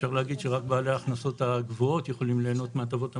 אפשר להגיד שרק בעלי ההכנסות הגבוהות יכולים ליהנות מהטבות המס.